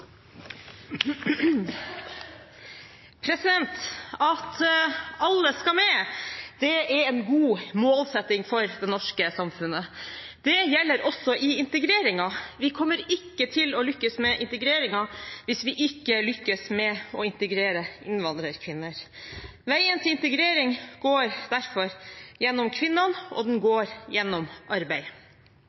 ordet. At alle skal med, er en god målsetting for det norske samfunnet. Det gjelder også i integreringen. Vi kommer ikke til å lykkes med integreringen hvis vi ikke lykkes med å integrere innvandrerkvinner. Veien til integrering går derfor gjennom kvinnene, og den går gjennom arbeid.